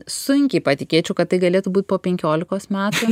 sunkiai patikėčiau kad tai galėtų būt po penkiolikos metų